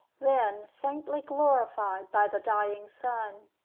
then faintly glorified by the dying sun.